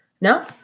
No